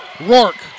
Rourke